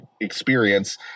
experience